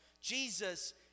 Jesus